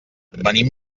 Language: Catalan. venim